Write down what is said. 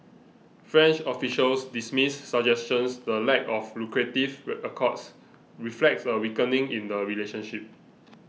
French officials dismiss suggestions the lack of lucrative accords reflects a weakening in the relationship